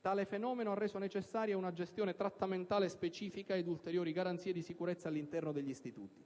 Tale fenomeno ha reso necessaria una gestione trattamentale specifica ed ulteriori garanzie di sicurezza all'interno degli istituti.